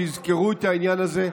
שיזכרו את העניין הזה.